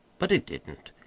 but it didn't.